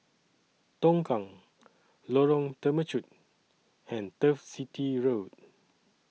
Tongkang Lorong Temechut and Turf City Road